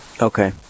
Okay